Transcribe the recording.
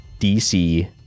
DC